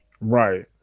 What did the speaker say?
Right